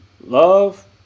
Love